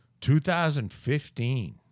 2015